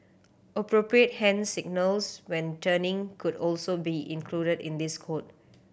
appropriate hand signals when turning could also be included in this code